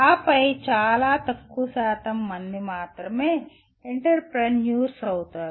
ఆపై చాలా తక్కువ శాతం మంది మాత్రమే ఎంటర్ప్రెన్యూర్స్ అవుతున్నారు